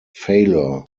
failure